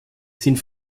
sind